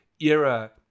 era